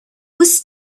was